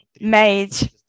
made